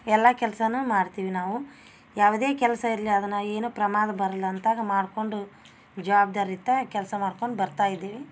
ಎಲ್ಲ ಕೆಲಸನು ಮಾಡ್ತೀವಿ ನಾವು ಯಾವುದೇ ಕೆಲಸ ಇರಲಿ ಅದನ್ನ ಏನು ಪ್ರಮಾದ ಬರ್ಲ್ ಅಂತಾಗ ಮಾಡ್ಕೊಂಡು ಜವಾಬ್ದಾರಿಯುತ ಕೆಲಸ ಮಾಡ್ಕೊಂಡು ಬರ್ತಾ ಇದ್ದೀವಿ